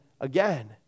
again